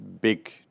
big